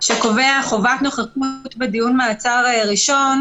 שקובע חובת נוכחות בדיון מעצר ראשון